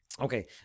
Okay